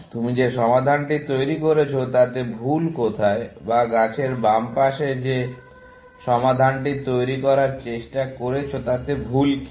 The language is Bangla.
তুমি যে সমাধানটি তৈরী করেছো তাতে ভুল কোথায় বা গাছের বাম পাশে যে সমাধানটি তৈরী করার চেষ্টা করছো তাতে ভুল কী